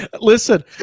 Listen